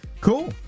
Cool